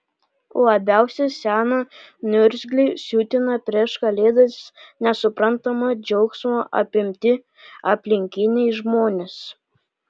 labiausiai seną niurzglį siutina prieš kalėdas nesuprantamo džiaugsmo apimti aplinkiniai žmonės